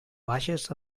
vages